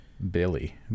billy